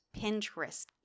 Pinterest